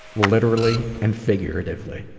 literally and figuratively.